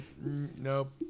Nope